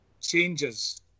changes